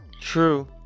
True